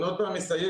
אני עוד פעם אסייג,